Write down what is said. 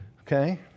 Okay